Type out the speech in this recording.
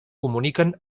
comuniquen